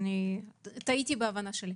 טעיתי בהבנה שלי.